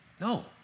No